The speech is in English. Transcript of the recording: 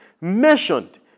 mentioned